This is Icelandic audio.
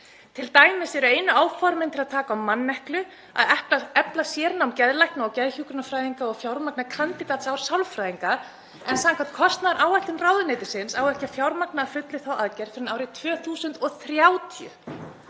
Til dæmis eru einu áformin til að taka á manneklu að efla sérnám geðlækna og geðhjúkrunarfræðinga og fjármagna kandídatsár sálfræðinga, en samkvæmt kostnaðaráætlun ráðuneytisins á ekki að fjármagna að fullu þá aðgerð fyrr en árið 2030.